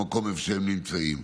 במקום שבו הם נמצאים.